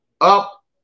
up